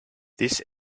this